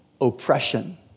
oppression